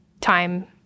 time